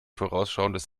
vorausschauendes